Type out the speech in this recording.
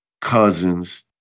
cousins